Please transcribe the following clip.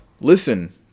listen